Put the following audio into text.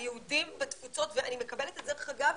אני מקבלת, דרך אגב,